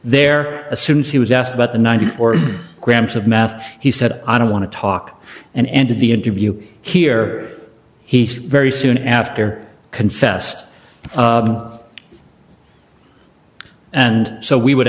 there assumes he was asked about the ninety four grams of math he said i don't want to talk an end of the interview here he's very soon after confessed and so we would